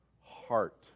heart